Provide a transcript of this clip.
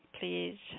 please